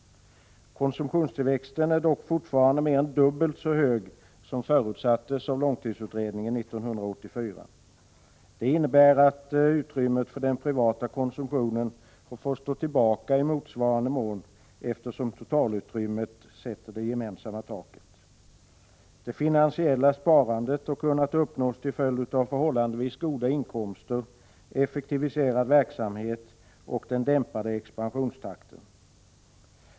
Konsumtionstillväxten är dock fortfarande mer än dubbelt så hög som förutsattes av långtidsutredningen år 1984. Det innebär att utrymmet för den privata konsumtionen har fått stå tillbaka i motsvarande mån, eftersom totalutrymmet sätter det gemensamma taket. Det finansiella sparandet har kunnat uppnås till följd av förhållandevis goda inkomster, effektiviserad verksamhet och den dämpade expansionstakten.